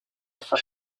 for